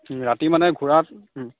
ৰাতি মানে ঘূৰাত ও